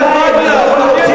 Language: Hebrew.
שתי מילים.